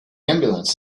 ambulance